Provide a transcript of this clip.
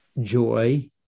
joy